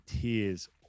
tears